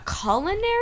culinary